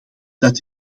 dat